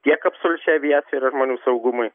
tiek absoliučia aviacija yra žmonių saugumui